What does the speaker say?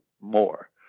more